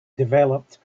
developed